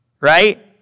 right